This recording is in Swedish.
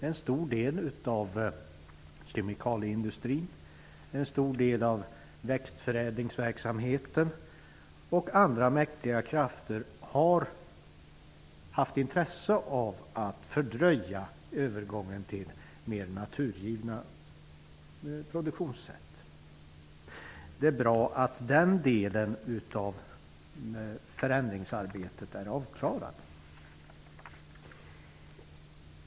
En stor del av kemikalieindustrin och växtförädlingsverksamheten samt andra mäktiga krafter har självklart haft ett intresse av att fördröja övergången till mer naturgivna produktionssätt. Det är bra att den delen av förändringsarbetet är avklarat.